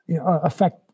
affect